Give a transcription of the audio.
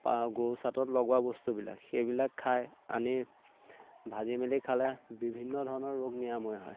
গৰু ছাটত লগোৱা বস্তুবিলাক সেইবিলাক খাই আনি ভাজি মেলি খালে বিভিন্ন ধৰণৰ ৰোগ নিৰাময় হয়